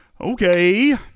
Okay